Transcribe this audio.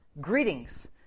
Greetings